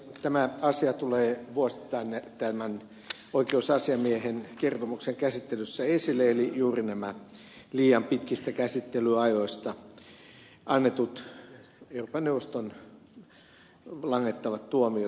tämä asia tulee vuosittain tämän oikeusasiamiehen kertomuksen käsittelyssä esille eli juuri nämä liian pitkistä käsittelyajoista annetut euroopan neuvoston langettavat tuomiot